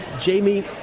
Jamie